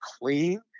clean